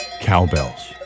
cowbells